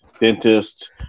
dentists